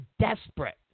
desperate